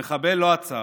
המחבל לא עצר,